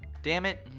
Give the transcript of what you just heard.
damn it.